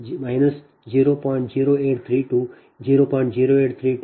0832 0